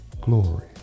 glory